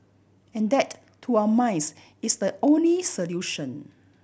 and that to our minds is the only solution